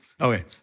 Okay